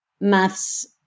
maths